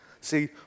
see